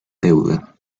deuda